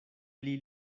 pli